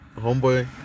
homeboy